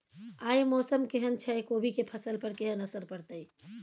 आय मौसम केहन छै कोबी के फसल पर केहन असर परतै?